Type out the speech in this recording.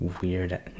weird